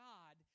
God